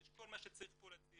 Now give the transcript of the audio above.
יש כל מה שצריך פה לצעירים,